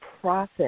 process